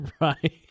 Right